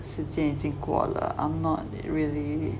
时间已经过了 I'm not really